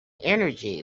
energy